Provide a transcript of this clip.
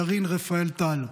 ירין רפאל טל,